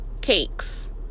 cakes